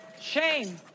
shame